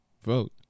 vote